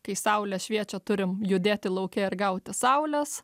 kai saulė šviečia turim judėti lauke ir gauti saulės